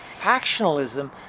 factionalism